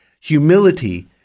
Humility